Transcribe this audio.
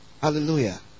Hallelujah